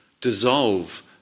dissolve